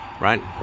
right